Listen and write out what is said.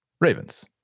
Ravens